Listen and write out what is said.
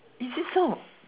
is it so